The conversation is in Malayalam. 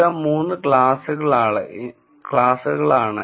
ഇവ 3 ക്ലാസുകളാണ്